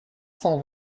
cent